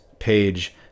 page